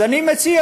אז אני מציע,